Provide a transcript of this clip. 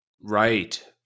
Right